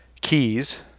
keys